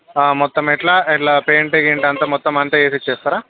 మొత్తం ఎట్లా ఎట్లా పెయింట్ గీన్ట్ అంతా మొత్తం అంతా వేసి ఇచ్చేస్తారా